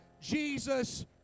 Jesus